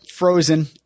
frozen